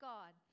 God